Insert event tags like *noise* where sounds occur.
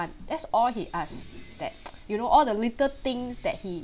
fun that's all he ask that *noise* you know all the little things that he